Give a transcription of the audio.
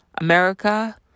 America